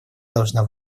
должна